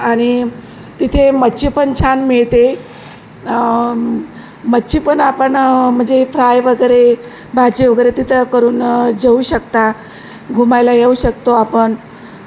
आणि तिथे मच्छी पण छान मिळते मच्छी पण आपण म्हणजे फ्राय वगैरे भाजी वगैरे तिथं करून जेऊ शकता घुमायला येऊ शकतो आपण